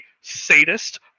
sadist